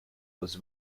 was